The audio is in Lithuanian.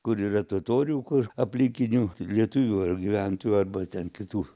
kur yra totorių kur aplinkinių lietuvių ar gyventojų arba ten kitų